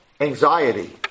anxiety